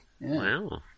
Wow